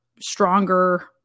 stronger